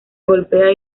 golpea